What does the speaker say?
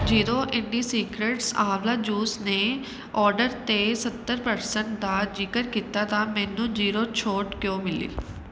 ਜਦੋਂ ਇੰਡੀਸਿਕ੍ਰੇਟਸ ਆਂਵਲਾ ਜੂਸ ਨੇ ਆਰਡਰ 'ਤੇ ਸੱਤਰ ਪਰਸੈਂਟ ਦਾ ਜਿਕਰ ਕੀਤਾ ਤਾਂ ਮੈਨੂੰ ਜੀਰੋ ਛੋਟ ਕਿਉਂ ਮਿਲੀ